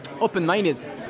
open-minded